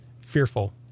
fearful